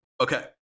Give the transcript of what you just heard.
Okay